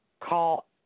call